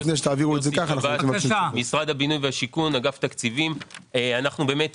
אני מאגף התקציבים במשרד הבינוי והשיכון.